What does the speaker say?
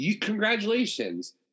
congratulations